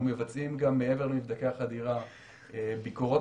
אנחנו מבצעים מעבר למבדקי החדירה ביקורות